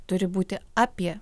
turi būti apie